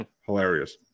hilarious